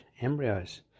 embryos